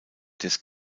des